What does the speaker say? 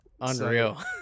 Unreal